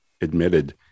admitted